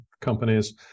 companies